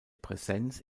präsenz